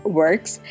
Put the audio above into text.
works